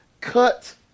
cut